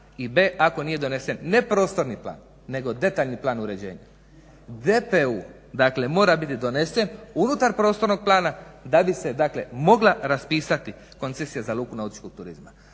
i b) ako nije donesen ne prostorni plan, nego detaljni plan uređenja. GPU dakle mora biti donesen unutar prostornog plana da bi se dakle mogla raspisati koncesija za luku nautičkog turizma.